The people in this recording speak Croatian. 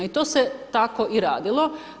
I to se tako i radilo.